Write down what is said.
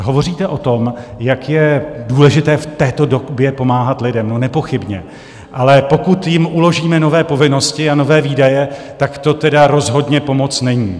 Hovoříte o tom, jak je důležité v této době pomáhat lidem no nepochybně, ale pokud jim uložíme nové povinnosti a nové výdaje, tak to teda rozhodně pomoc není.